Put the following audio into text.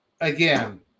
again